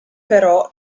però